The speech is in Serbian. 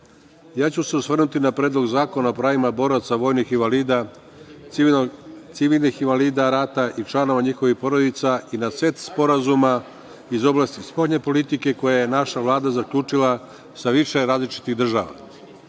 Ja ću se osvrnuti na Predlog zakona o pravima boraca, vojnih invalida, civilnih invalida rada i članova njihovih porodica i na set sporazuma iz oblasti spoljne politike koje je naša Vlada zaključila sa više različitih država. Želim